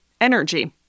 energy